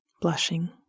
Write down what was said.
blushing